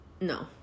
No